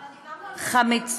דיברנו, חמוצים,